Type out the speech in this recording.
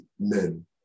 men